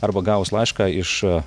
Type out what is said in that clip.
arba gavus laišką iš